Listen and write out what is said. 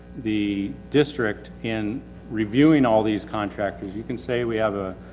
the district in reviewing all these contractors, you can say we have a,